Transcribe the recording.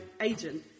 agent